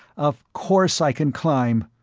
of course i can climb!